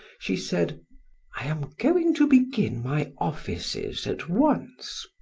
she said i am going to begin my offices at once.